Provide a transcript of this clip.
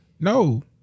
no